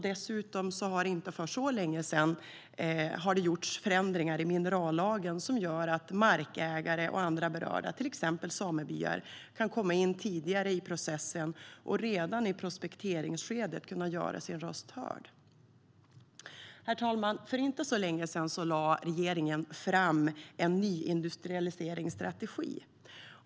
Dessutom har det inte för så länge sedan gjorts förändringar i minerallagen som gör att markägare och andra berörda, till exempel samebyar, kan komma in tidigare i processen och redan i prospekteringsskedet göra sin röst hörd. Herr talman! För inte så länge sedan lade regeringen fram en nyindustrialiseringsstrategi.